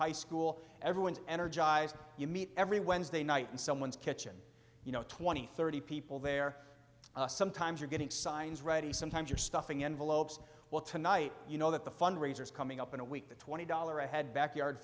high school everyone's energized you meet every wednesday night and someone's kitchen you know two thousand and thirty people there sometimes you're getting signs ready sometimes you're stuffing envelopes well tonight you know that the fundraisers coming up in a week the twenty dollars a head backyard